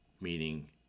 meaning